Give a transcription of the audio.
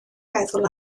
meddwl